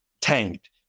tanked